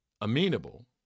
amenable